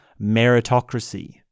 meritocracy